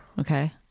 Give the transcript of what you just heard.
Okay